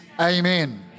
amen